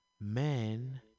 men